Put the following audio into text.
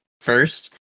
first